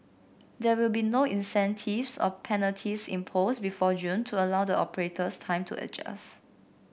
there will be no incentives or penalties imposed before June to allow the operators time to adjust